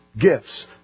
gifts